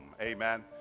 Amen